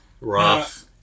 Rough